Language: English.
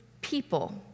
people